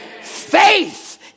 Faith